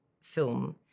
film